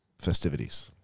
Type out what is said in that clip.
festivities